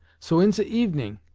so in ze evening,